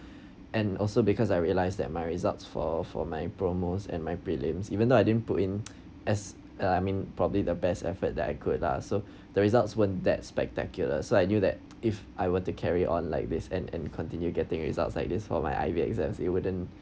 and also because I realised that my results for for my promos and my prelims even though I didn't put in as uh I mean probably the best effort that I could ah so the results when that spectacular so I knew that if I were to carry on like this and and continue getting results like this for my I_B exams it wouldn't